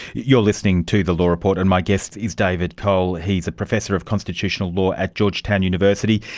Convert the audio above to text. you're listening to the law report, and my guest is david cole, he's a professor of constitutional law at georgetown university.